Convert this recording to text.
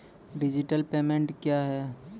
Digital payment क्या हैं?